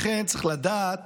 לכן, צריך לדעת,